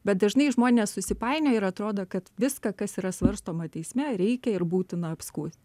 bet dažnai žmonės susipainioja ir atrodo kad viską kas yra svarstoma teisme reikia ir būtina apskųst